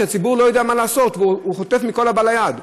כשהציבור לא יודע מה לעשות והוא חוטף מכל הבא ליד,